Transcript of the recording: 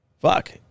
Fuck